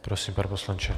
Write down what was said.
Prosím, pane poslanče.